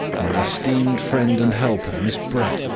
my esteemed friend and helper, miss brett,